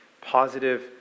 positive